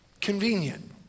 convenient